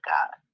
God